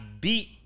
beat